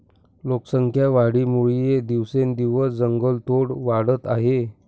लोकसंख्या वाढीमुळे दिवसेंदिवस जंगलतोड वाढत आहे